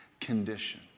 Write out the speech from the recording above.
condition